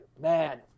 man